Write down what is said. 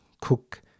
cook